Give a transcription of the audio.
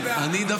אני בעד.